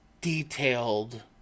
detailed